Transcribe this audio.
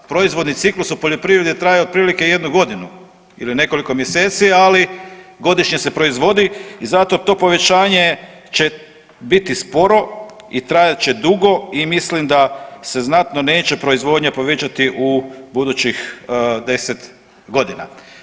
Proizvodni ciklus u poljoprivredi je trajao otprilike jednu godinu ili nekoliko mjeseci, ali godišnje se proizvodi i zato to povećanje će biti sporo i trajat će dugo i mislim da se znatno neće proizvodnja povećati u budućih 10.g.